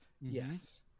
yes